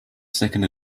second